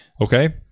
Okay